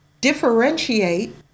differentiate